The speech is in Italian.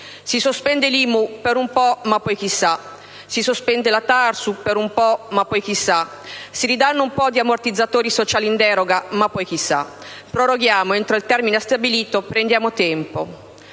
si sospende l'IMU per un po', ma poi chissà; si sospende la TARSU per un po', ma poi chissà; si ridanno un po' di ammortizzatori sociali in deroga, ma poi chissà; proroghiamo entro il termine stabilito e prendiamo tempo.